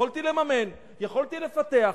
יכולתי לממן, יכולתי לפתח.